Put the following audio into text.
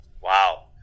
Wow